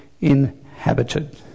inhabited